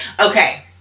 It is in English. Okay